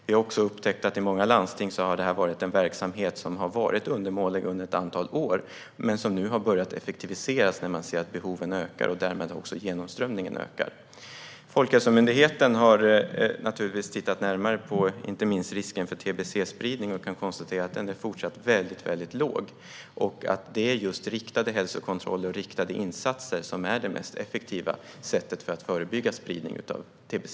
Vi har också upptäckt att verksamheten i många landsting har varit undermålig under ett antal år, men den har nu börjat effektiviseras när man har sett att behoven har ökat. Därmed har också genomströmningen ökat. Folkhälsomyndigheten har naturligtvis tittat närmare inte minst på risken för tbc-spridning, och man konstaterar att den fortsätter att vara låg. Det är just riktade hälsokontroller och riktade insatser som är det effektiva sättet att förebygga spridning av tbc.